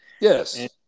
Yes